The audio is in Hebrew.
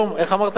איך אמרת לי?